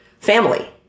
family